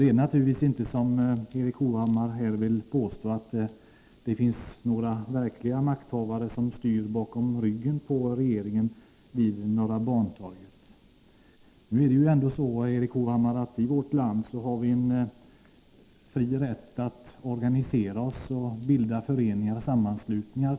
Det är naturligtvis inte som Erik Hovhammar påstår att de verkliga makthavarna sitter vid Norra Bantorget och styr bakom ryggen på regeringen. I vårt land har vi, tack och lov, en fri rätt att organisera oss, att bilda föreningar och sammanslutningar.